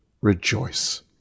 rejoice